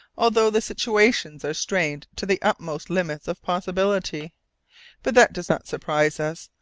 although the situations are strained to the utmost limits of possibility but that does not surprise us,